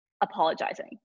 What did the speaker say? apologizing